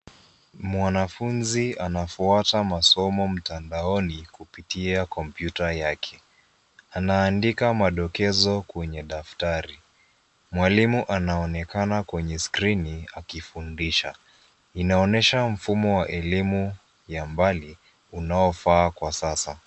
Mwanafuzi anafuata masomo mtandaoni kupitia kompyuta yake. Anaandika madokezo kwenye daftari. Mwalimu anaonekana kwenye skrini akifundisha. Inaonyesha mfumo wa elimu ya mbali, unaofaa kwa sasa.